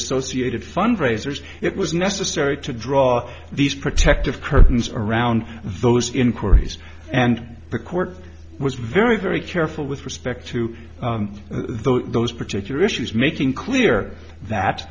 associated fundraisers it was necessary to draw these protective curtains around those inquiries and the court was very very careful with respect to those particular issues making clear